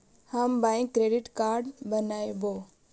हम bank credit card बनैवो?